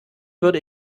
würde